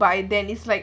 by then it's like